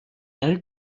نری